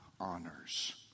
honors